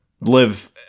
live